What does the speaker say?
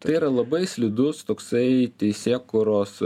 tai yra labai slidus toksai teisėkūros